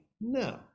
No